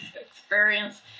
Experience